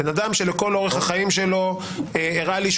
אדם שלכל אורך החיים שלו הראה לי שהוא